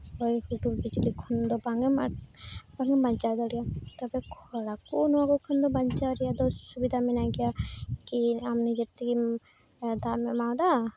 ᱦᱚᱭ ᱦᱩᱰᱩᱨ ᱵᱤᱡᱽᱞᱤ ᱠᱷᱚᱱᱫᱚ ᱵᱟᱝ ᱮᱢ ᱵᱟᱧᱪᱟᱣ ᱫᱟᱲᱮᱭᱟᱜᱼᱟ ᱛᱚᱵᱮ ᱠᱷᱚᱨᱟ ᱠᱚ ᱱᱚᱣᱟ ᱠᱚ ᱠᱷᱚᱱᱫᱚ ᱵᱟᱧᱪᱟᱣ ᱨᱮᱭᱟᱜ ᱫᱚ ᱥᱩᱵᱤᱫᱷᱟ ᱢᱮᱱᱟᱜ ᱜᱮᱭᱟ ᱠᱤ ᱟᱢ ᱱᱤᱡᱮ ᱛᱮᱜᱮ ᱫᱟᱜ ᱮᱢ ᱮᱢᱟᱣᱫᱟ